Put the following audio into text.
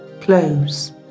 close